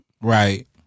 Right